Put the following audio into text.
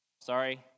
Sorry